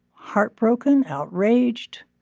heartbroken, outraged.